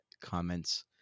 comments